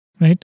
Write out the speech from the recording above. Right